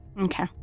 Okay